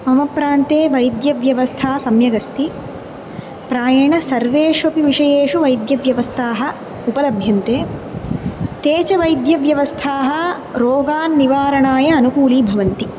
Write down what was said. मम प्रान्ते वैद्यव्यवस्था सम्यगस्ति प्रायेण सर्वेषु अपि विषयेषु वैद्यव्यवस्थाः उपलभ्यन्ते ताः च वैद्यव्यवस्थाः रोगान् निवारणाय अनुकूली भवन्ति